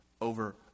over